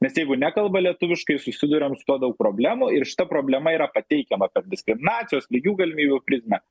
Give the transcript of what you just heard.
nes jeigu nekalba lietuviškai susiduriam su tuo daug problemų ir šita problema yra pateikiama per diskriminacijos lygių galimybių prizmę